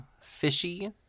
fishy